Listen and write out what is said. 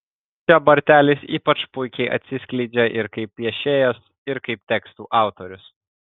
čia bartelis ypač puikiai atsiskleidžia ir kaip piešėjas ir kaip tekstų autorius